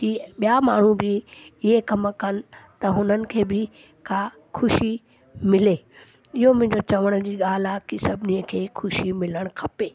कि ॿिया माण्हू बि इहे कम कनि त हुननि खे बि खा ख़ुशी मिले इहो मुंहिंजो चवण जी ॻाल्हि आहे की सभिनी खे ख़ुशी मिलणु खपे